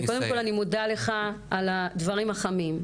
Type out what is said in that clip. קודם כל אני מודה לך על הדברים החמים,